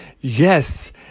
Yes